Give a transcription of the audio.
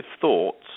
thoughts